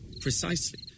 precisely